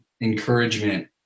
encouragement